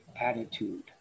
attitude